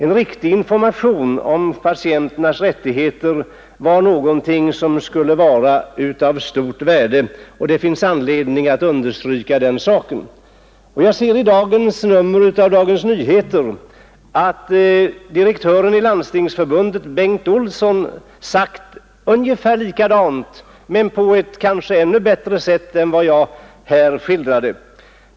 En riktig information om patienternas rättigheter skulle vara av stort värde, och det finns anledning att understryka just den saken. Jag ser i dagens nummer av Dagens Nyheter att direktören i Landstingsförbundet Bengt Olsson säger ungefär detsamma men på ett kanske ännu bättre sätt än jag här gjort.